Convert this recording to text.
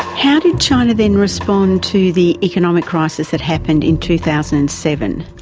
how did china then respond to the economic crisis that happened in two thousand and seven?